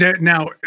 now